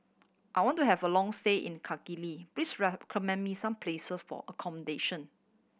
I want to have a long stay in Kigali please recommend me some places for accommodation